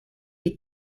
est